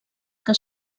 que